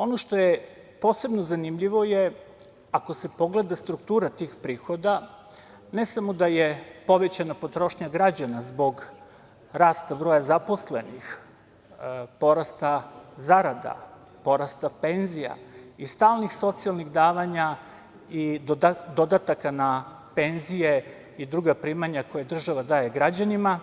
Ono što je posebno zanimljivo je, ako se pogleda struktura tih prihoda, ne samo da je povećana potrošnja građana zbog rasta broja zaposlenih, porasta zarada, porasta penzija i stalnih socijalnih davanja i dodataka na penzije i druga primanja koja država daje građanima,